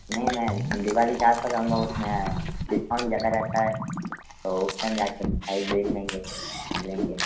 नहीं मैं दिवाली के आस पास आऊँगा उसमें डिस्काउंट भी ज़्यादा रहता है तो उस दिन जाके सब बाइक देख लेंगे मिल लेंगे